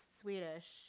Swedish